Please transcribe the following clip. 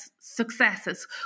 successes